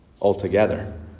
Altogether